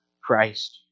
Christ